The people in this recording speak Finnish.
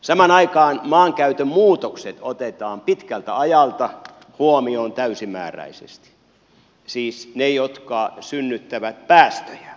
samaan aikaan maankäytön muutokset otetaan pitkältä ajalta huomioon täysimääräisesti siis ne jotka synnyttävät päästöjä